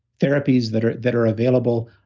therapies that are that are available.